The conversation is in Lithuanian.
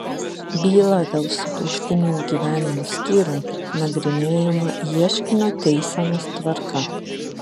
byla dėl sutuoktinių gyvenimo skyrium nagrinėjama ieškinio teisenos tvarka